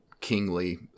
kingly